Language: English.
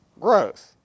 growth